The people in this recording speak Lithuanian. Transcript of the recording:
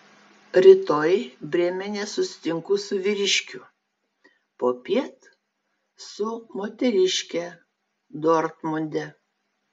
rytoj brėmene susitinku su vyriškiu popiet su moteriške dortmunde